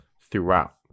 throughout